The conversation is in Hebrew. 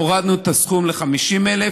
הורדנו את הסכום ל-50,000,